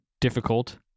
difficult